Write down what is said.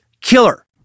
killer